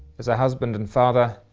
as a husband and father,